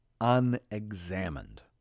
unexamined